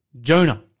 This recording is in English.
Jonah